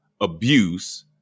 abuse